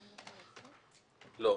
לא.